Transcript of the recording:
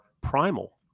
primal